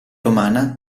romana